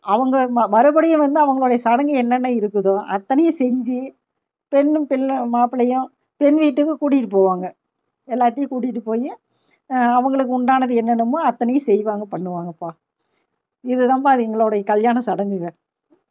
அவங்க மறுபடியும் வந்து அவங்களுடைய சடங்கு என்னென்ன இருக்குதோ அத்தனையும் செஞ்சு பெண்ணும் மாப்பிள்ளையும் பெண் வீட்டுக்கு கூட்டிட்டு போவாங்க எல்லாத்தையும் கூட்டிகிட்டு போய் அவங்களுக்கு உண்டானது என்னென்னமோ அத்தனையும் செய்வாங்க பண்ணுவாங்கப்பா இது தான்பா எங்களுடைய கல்யாணம் சடங்கு